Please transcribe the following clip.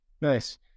Nice